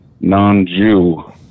non-Jew